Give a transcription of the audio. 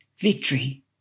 victory